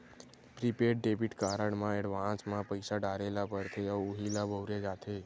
prepaid debit card म advance म पइसा डारे ल परथे अउ उहीं ल बउरे जाथे